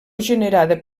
generada